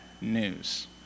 news